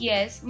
Yes